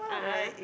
a'ah